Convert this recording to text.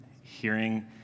Hearing